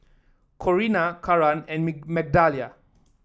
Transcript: Corrina Karan and Migdalia